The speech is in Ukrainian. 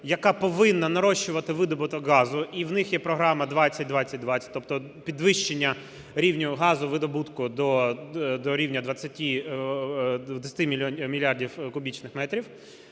яка повинна нарощувати видобуток газу, і в них є програма "20/20", тобто підвищення рівню газовидобутку до рівня 20 мільярдів кубічних метрів.